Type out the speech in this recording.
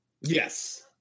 Yes